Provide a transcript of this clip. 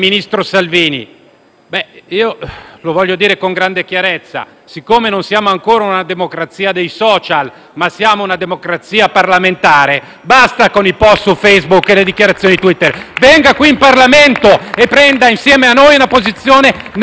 Lo voglio dire con grande chiarezza: siccome non siamo ancora una democrazia dei *social*, ma una democrazia parlamentare, basta con i *post* su Facebook e le dichiarazioni su Twitter; venga qui in Parlamento e prenda insieme a noi una posizione netta e chiara.